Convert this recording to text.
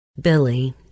Billy